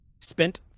spent